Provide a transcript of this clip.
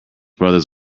brothers